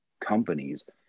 companies